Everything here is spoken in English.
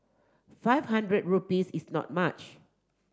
five hundred rupees is not much